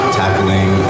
tackling